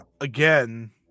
again